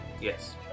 Yes